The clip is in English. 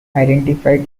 identified